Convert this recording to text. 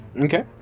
Okay